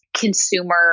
consumer